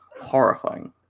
horrifying